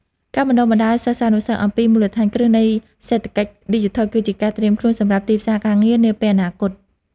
ការបណ្តុះបណ្តាលសិស្សានុសិស្សអំពីមូលដ្ឋានគ្រឹះនៃសេដ្ឋកិច្ចឌីជីថលគឺជាការត្រៀមខ្លួនសម្រាប់ទីផ្សារការងារនាពេលអនាគត។